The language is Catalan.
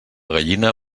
gallina